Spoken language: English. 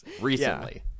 recently